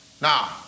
Now